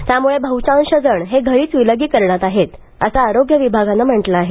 त्यामुळे बहुतांश जण घरीच विलगीकरणात आहेत असे आरोग्य विभागाने म्हटले आहे